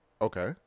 okay